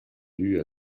due